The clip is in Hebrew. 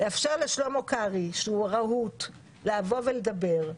לאפשר לשלמה קרעי, שהוא רהוט, לדבר.